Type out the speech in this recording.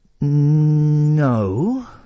No